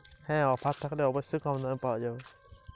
অনলাইনে কৃষিজ সরজ্ঞাম কিনলে কি কমদামে পাওয়া যাবে?